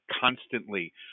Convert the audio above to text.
constantly